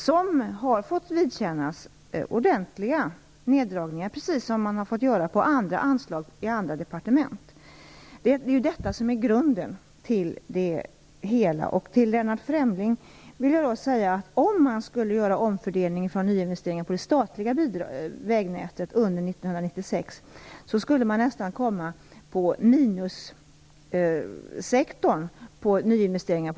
Detta har fått vidkännas ordentliga neddragningar, precis som andra anslag i andra departement har fått göra. Det är ju det här som är grunden till det hela. Till Lennart Fremling vill jag säga att om man skulle göra en omfördelning av anslaget till nyinvesteringar i det statliga vägnätet under 1996 skulle det nästan bli en minuspost.